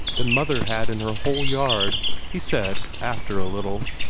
than mother had in her whole yard, he said, after a little.